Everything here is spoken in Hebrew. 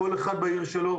כל אחד בעיר שלו,